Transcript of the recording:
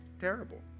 terrible